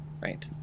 right